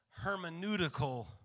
hermeneutical